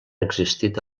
existit